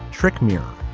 trick mirror.